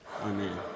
Amen